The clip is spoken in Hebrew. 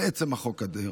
על עצם החוק, אדוני.